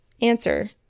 answer